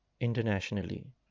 internationally